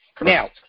Now